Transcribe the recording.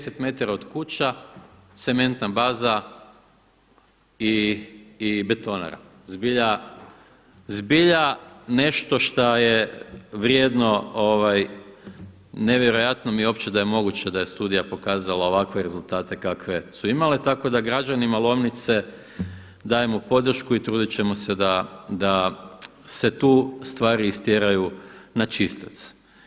10 metara od kuća cementna baza i betonara, zbilja nešto što je vrijedno, nevjerojatno mi je uopće da je moguće da je studija pokazala ovakve rezultate kakve su imale, tako da građanima Lomnice dajemo podršku i trudit ćemo se da se tu stvari istjeraju na čistac.